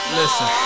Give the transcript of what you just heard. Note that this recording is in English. listen